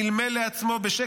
מלמל לעצמו בשקט,